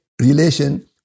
relation